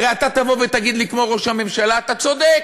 הרי אתה תבוא ותגיד לי, כמו ראש הממשלה: אתה צודק,